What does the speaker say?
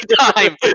time